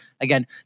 Again